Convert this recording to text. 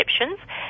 exceptions